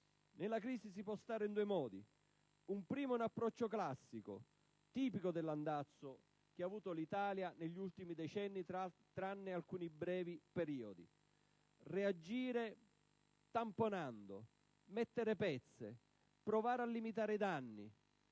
Nella crisi ci si può stare in due modi. Il primo è un approccio classico, tipico dell'andazzo che ha avuto l'Italia negli ultimi decenni, tranne in alcuni brevi periodi: reagire tamponando, mettendo pezze, provando a limitare i danni;